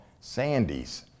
Sandy's